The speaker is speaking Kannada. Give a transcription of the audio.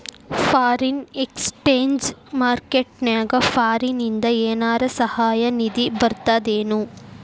ಫಾರಿನ್ ಎಕ್ಸ್ಚೆಂಜ್ ಮಾರ್ಕೆಟ್ ನ್ಯಾಗ ಫಾರಿನಿಂದ ಏನರ ಸಹಾಯ ನಿಧಿ ಬರ್ತದೇನು?